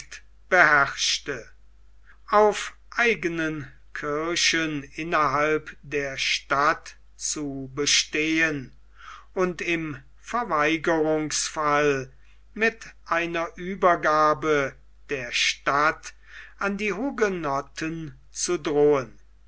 beherrschte auf eigenen kirchen innerhalb der stadt zu bestehen und im verweigerungsfall mit einer uebergabe der stadt an die hugenotten zu drohen